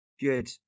Good